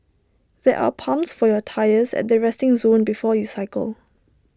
there are pumps for your tyres at the resting zone before you cycle